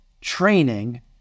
training